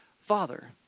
Father